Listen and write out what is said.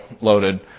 loaded